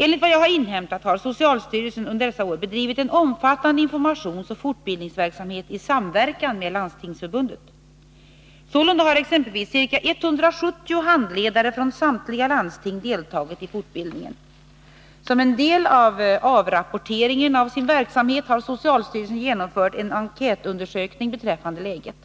Enligt vad jag har inhämtat har socialstyrelsen under dessa år bedrivit en omfattande informationsoch fortbildningsverksamhet i samverkan med Landstingsförbundet. Sålunda har exempelvis ca 170 handledare från samtliga landsting deltagit i fortbildningen. Som en del av avrapporteringen av sin verksamhet har socialstyrelsen genomfört en enkätundersökning beträffande läget